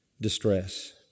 distress